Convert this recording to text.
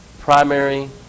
primary